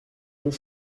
deux